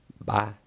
Bye